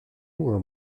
moi